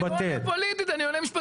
אני לא עונה פוליטית, אני עונה משפטית.